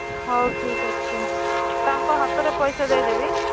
ହଉ ଠିକ୍ ଅଛି ତାଙ୍କ ହାତରେ ପଇସା ଦେଇଦେବି